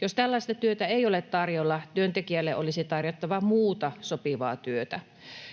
Jos tällaista työtä ei ole tarjolla, työntekijälle olisi tarjottava muuta sopivaa työtä.